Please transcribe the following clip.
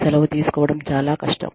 సెలవు తీసుకోవడం చాలా కష్టం